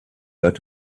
out